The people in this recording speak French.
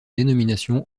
dénomination